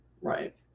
right